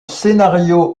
scénario